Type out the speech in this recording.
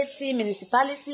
municipality